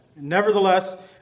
Nevertheless